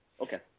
Okay